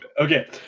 Okay